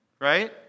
Right